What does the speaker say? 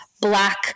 black